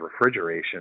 refrigeration